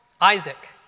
Isaac